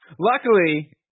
Luckily